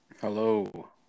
Hello